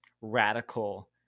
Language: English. radical